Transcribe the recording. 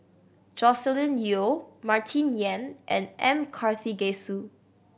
Joscelin Yeo Martin Yan and M Karthigesu